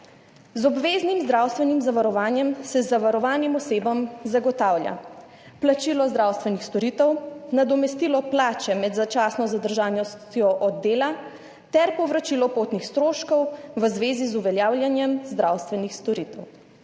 Z obveznim zdravstvenim zavarovanjem se zavarovanim osebam zagotavlja plačilo zdravstvenih storitev, nadomestilo plače med začasno zadržanostjo od dela ter povračilo potnih stroškov v zvezi z uveljavljanjem zdravstvenih storitev.